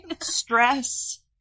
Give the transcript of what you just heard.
stress